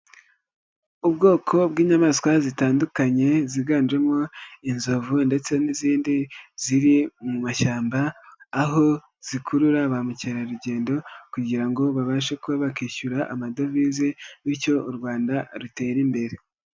Ubwoko bw'inyamaswa zitandukanye ziganjemo inzovu ndetse n'izindi ziri mu mashyamba aho zikurura ba mukerarugendo kugira ngo babashe bakishyura amadovize bityo u Rwanda rutere imbere.